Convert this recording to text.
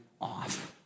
off